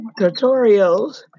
tutorials